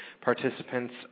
Participants